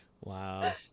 Wow